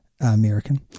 American